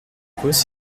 cause